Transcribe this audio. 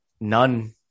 none